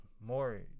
more